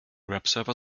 webserver